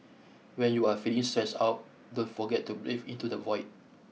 when you are feeling stressed out don't forget to breathe into the void